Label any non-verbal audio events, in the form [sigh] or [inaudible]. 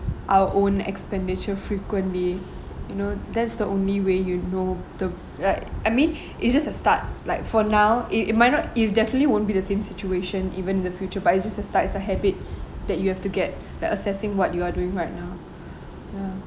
our own expenditure frequently you know that's the only way you know the like [breath] I mean it's just a start like for now it it might not it definitely won't be the same situation even in the future but it's just a start it's a habit [breath] that you have to get like assessing what you are doing right now ya